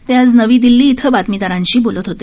ते आज नवी दिल्ली इथं बातमीदारांशी बोलत होते